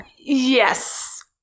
Yes